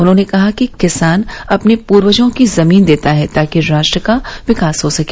उन्होंने कहा कि किसान अपने पूर्वजों की जमीन देता है ताकि राष्ट्र का विकास हो सके